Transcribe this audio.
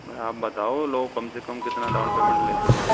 आप बताओ लो कम से कम कितना डाउन पेमेंट लेते हो आप